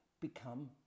become